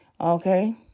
okay